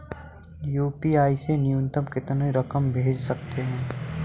UPI से न्यूनतम कितनी रकम भेज सकते हैं?